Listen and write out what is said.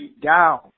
down